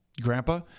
Grandpa